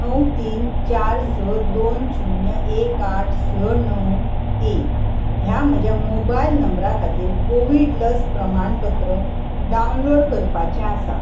णव तीन चार स दोन शून्य एक आठ स णव एक ह्या म्हज्या मोबायल नंबरा खातीर कोवीड लस प्रमाणपत्र डावनलोड करपाचें आसा